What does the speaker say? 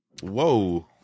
Whoa